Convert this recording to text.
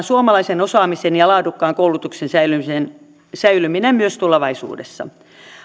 suomalaisen osaamisen ja laadukkaan koulutuksen säilyminen säilyminen myös tulevaisuudessa